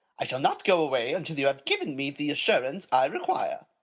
i shall not go away until you have given me the assurance i require.